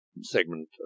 segment